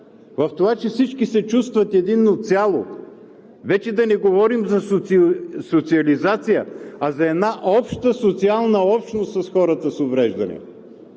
в това, че всички се чувстват единно цяло – вече да не говорим за социализация, а за една обща социална общност с хората с увреждания.